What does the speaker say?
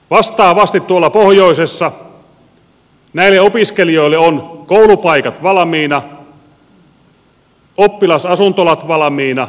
vastaavasti tuolla pohjoisessa näille opiskelijoille on koulupaikat valmiina oppilasasuntolat valmiina ja jopa työpaikat